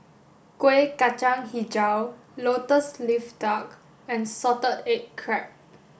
Kueh Kacang Hijau Lotus Leaf Duck and salted egg crab